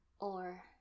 Or